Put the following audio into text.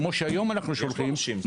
כמו שהיום אנחנו שולחים.